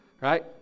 right